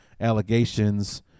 allegations